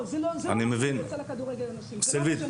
זה לא מה שאני רוצה לכדורגל הנשים.